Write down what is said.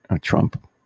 Trump